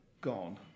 gone